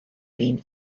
been